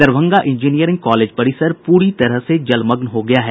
Darbhanga engineering college परिसर पूरी तरह जलमग्न हो गया है